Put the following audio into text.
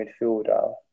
midfielder